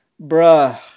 bruh